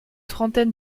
trentaine